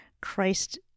Christ